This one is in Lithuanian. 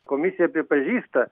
komisija pripažįsta